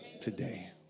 today